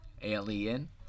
Alien